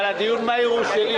אבל הדיון המהיר הוא שלי.